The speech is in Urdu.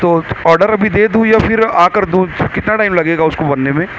تو آڈر ابھی دے دوں یا پھر آکر دوں کتنا ٹائم لگے گا اس کو بننے میں